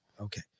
Okay